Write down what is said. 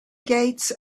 gates